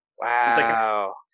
Wow